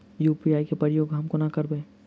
UPI केँ प्रयोग हम कोना करबे?